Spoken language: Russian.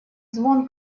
звон